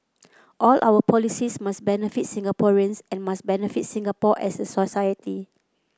all our policies must benefit Singaporeans and must benefit Singapore as a society